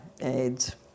AIDS